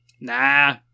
Nah